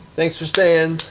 thanks for staying,